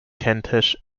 kentish